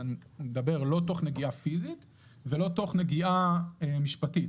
אני מתכוון שזה לא מתוך נגיעה פיזית ומתוך נגיעה משפטית,